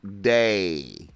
day